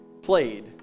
played